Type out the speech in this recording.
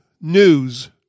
News